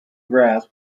grass